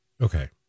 Okay